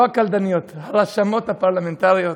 לא הקלדניות, הרשמות הפרלמנטריות,